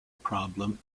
problem